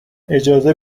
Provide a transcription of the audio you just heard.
اجازه